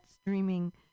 streaming